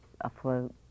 afloat